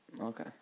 Okay